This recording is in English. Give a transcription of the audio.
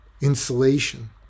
insulation